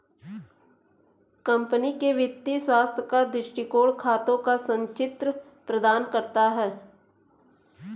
company के वित्तीय स्वास्थ्य का दृष्टिकोण खातों का संचित्र प्रदान करता है